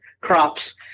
crops